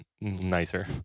nicer